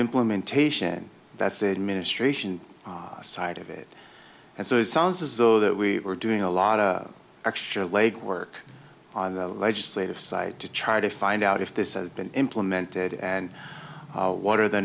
implementation that's said ministration side of it and so it sounds as though that we are doing a lot of extra legwork on the legislative side to try to find out if this has been implemented and what are the